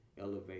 elevate